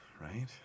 right